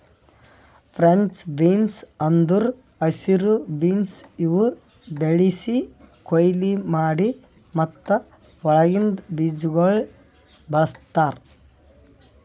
French beans ಅಂದುರ್ ಹಸಿರು beans ಇವು ಬೆಳಿಸಿ, ಕೊಯ್ಲಿ ಮಾಡಿ ಮತ್ತ ಒಳಗಿಂದ್ ಬೀಜಗೊಳ್ ಬಳ್ಸತಾರ್